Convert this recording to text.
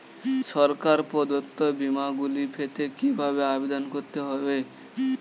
সরকার প্রদত্ত বিমা গুলি পেতে কিভাবে আবেদন করতে হবে?